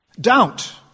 doubt